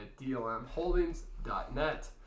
dlmholdings.net